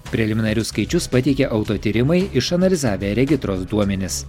preliminarius skaičius pateikia auto tyrimai išanalizavę regitros duomenis